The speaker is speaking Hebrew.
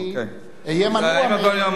אני אהיה מנוע,